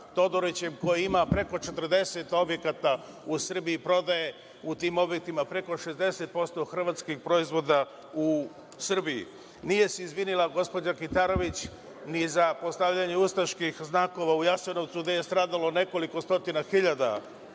Todorićem, koji ima preko 40 objekata u Srbiji, prodaje u tim objektima preko 60% hrvatskih proizvoda u Srbiji? Nije se izvinila gospođa Kitarović ni za postavljanje ustaških znakova u Jasenovcu, gde je stradalo nekoliko stotina hiljada